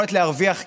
יכולת להרוויח כסף,